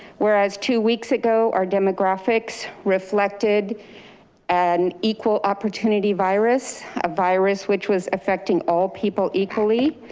whereas two weeks ago, our demographics reflected an equal opportunity virus, a virus, which was affecting all people equally,